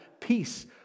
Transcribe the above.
peace